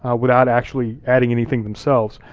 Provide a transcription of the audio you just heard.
without actually adding anything themselves.